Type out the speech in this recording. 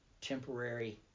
temporary